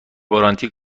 گارانتی